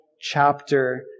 chapter